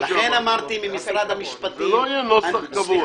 משרד המשפטים,